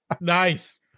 Nice